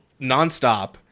nonstop